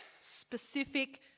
specific